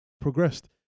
progressed